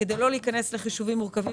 וכדי לא להיכנס לחישובים מורכבים,